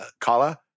Kala